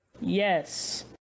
Yes